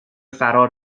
فرار